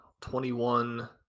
21